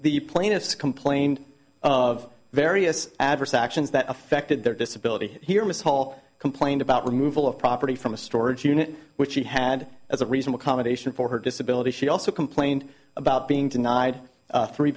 the plaintiffs complained of various adverse actions that affected their disability here ms hall complained about removal of property from a storage unit which she had as a reasonable accommodation for her disability she also complained about being denied three